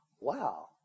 wow